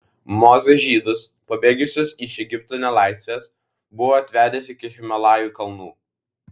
mozė žydus pabėgusius iš egipto nelaisvės buvo atvedęs iki himalajų kalnų